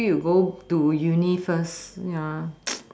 until you go to uni first ya